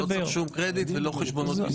לא צריך שום קרדיט ולא חשבונות.